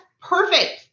perfect